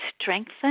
strengthen